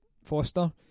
foster